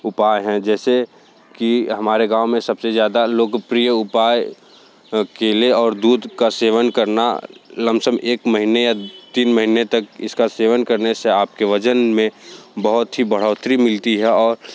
उपाय हैं जैसे कि हमारे गाँव में सबसे ज़्यादा लोकप्रिय उपाय केले और दूध का सेवन करना लमसम एक महीने या तीन महीने तक इसका सेवन करने से आपके वज़न में बहुत ही बढ़ोतरी मिलती है और